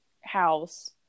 house